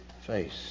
face